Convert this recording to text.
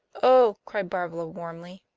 oh, cried barbara warmly,